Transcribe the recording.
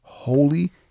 Holy